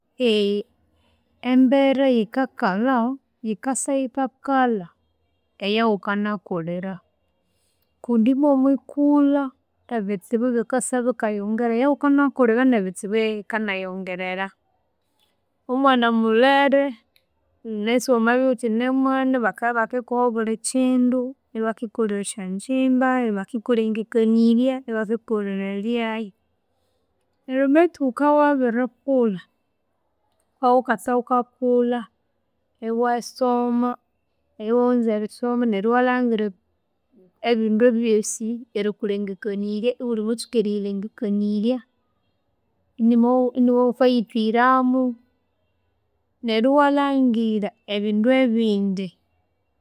embera yikakalha, yikasa yikakalha eyawukanakulhira kundi bwa omwikulha ebitsibu bikasa bikayongera eyawukanakulhira nebitsibu yeyikanayongerera, omwana omulere, wunasi wamabya iwukyinamwana bakabya ibakindikuha obulhikindu, ibakyindi kuwulhira esyogyimba, ibakindi kulhengekanirya, ibakindi kuwulhira elya, nero bethu wukabya wabirikulha, wukawukasa wukakulha, iwasoma, iwawunza erisoma, neryo iwalhangira ebindi byosi erikulhengekanirya iwulhimutsuka eriyilhengekanirya inimo iniwewukayithweramu, neryo iwalhangira ebindu ebindi